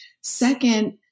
Second